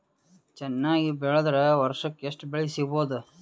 ಚೆನ್ನಾಗಿ ಬೆಳೆದ್ರೆ ವರ್ಷಕ ಎಷ್ಟು ಬೆಳೆ ಸಿಗಬಹುದು?